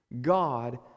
god